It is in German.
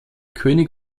könig